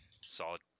Solid